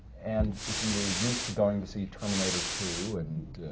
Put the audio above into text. and if you are used to going to see terminator two and